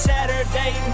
Saturday